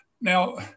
now